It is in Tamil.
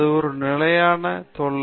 அது ஒரு நிலையான தொல்லை